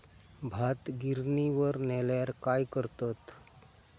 भात गिर्निवर नेल्यार काय करतत?